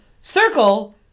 circle